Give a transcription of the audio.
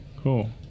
Cool